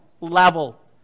level